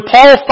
Paul